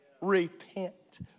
Repent